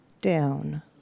down